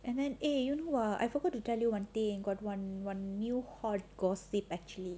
and then eh you know !wah! I forgot to tell you one thing you got one one new that gossip actually